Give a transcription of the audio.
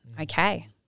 okay